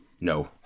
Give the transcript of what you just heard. no